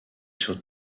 sur